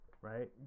right